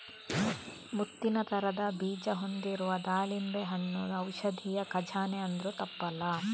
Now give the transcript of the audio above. ಮುತ್ತಿನ ತರದ ಬೀಜ ಹೊಂದಿರುವ ದಾಳಿಂಬೆ ಹಣ್ಣು ಔಷಧಿಯ ಖಜಾನೆ ಅಂದ್ರೂ ತಪ್ಪಲ್ಲ